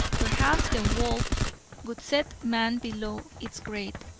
perhaps the wolf would set man below its grade,